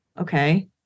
Okay